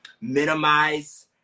minimize